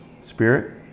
Spirit